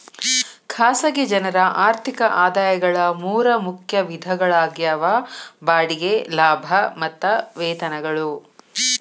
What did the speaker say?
ಖಾಸಗಿ ಜನರ ಆರ್ಥಿಕ ಆದಾಯಗಳ ಮೂರ ಮುಖ್ಯ ವಿಧಗಳಾಗ್ಯಾವ ಬಾಡಿಗೆ ಲಾಭ ಮತ್ತ ವೇತನಗಳು